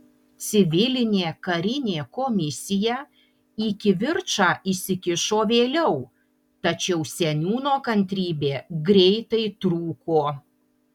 civilinė karinė komisija į kivirčą įsikišo vėliau tačiau seniūno kantrybė greitai trūko